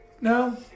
No